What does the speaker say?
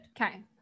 Okay